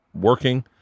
working